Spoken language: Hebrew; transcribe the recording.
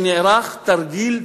שנערך תרגיל צבאי,